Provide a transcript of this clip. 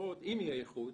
לפחות אם יהיה איחוד